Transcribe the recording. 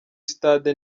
stade